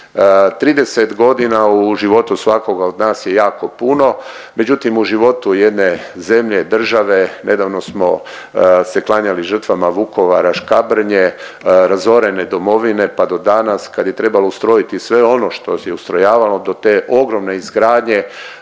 30 godina u životu svakoga od nas je jako puno, međutim u životu jedne zemlje, države, nedavno smo se klanjali žrtvama Vukovara, Škabrnje, razorene domovine pa do danas kad je trebalo ustrojiti sve ono što je ustrojavano do te ogromne izgradnje